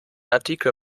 artikel